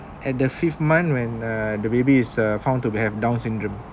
at the fifth month when uh the babies uh found to be have down syndrome